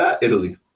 Italy